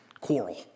Quarrel